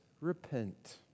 repent